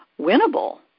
winnable